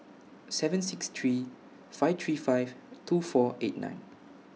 seven six three five three five two four eight nine